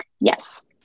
Yes